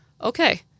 okay